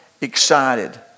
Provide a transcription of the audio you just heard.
excited